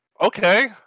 okay